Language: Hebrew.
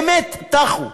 באמת טחו.